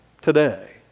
today